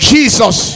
Jesus